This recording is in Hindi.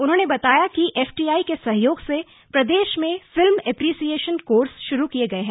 उन्होंने बताया कि एफटीआई के सहयोग से प्रदेश में फिल्म एप्रिसियेशन कोर्स शुरू किये गये हैं